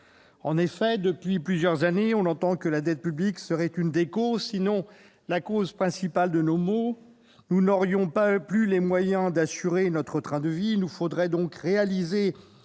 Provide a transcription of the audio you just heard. En effet, depuis plusieurs années, on entend dire que la dette publique serait l'une des causes, sinon la cause principale, de nos maux. Nous n'aurions plus les moyens d'assurer notre train de vie et il nous faudrait donc réaliser